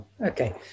Okay